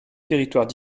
territoires